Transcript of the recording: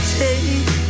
take